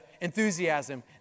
enthusiasm